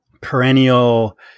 perennial